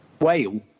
whale